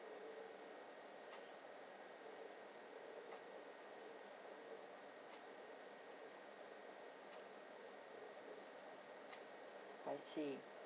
I see